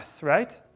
right